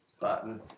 Button